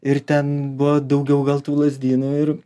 ir ten buvo daugiau gal tų lazdynų ir